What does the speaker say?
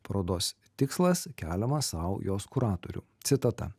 parodos tikslas keliamas sau jos kuratorių citata